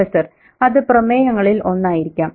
prof അത് പ്രമേയങ്ങളിൽ ഒന്നായിരിക്കാം